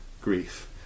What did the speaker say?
grief